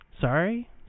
Sorry